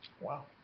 wow